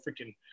freaking